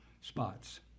spots